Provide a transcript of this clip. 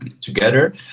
together